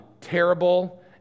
terrible